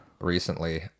recently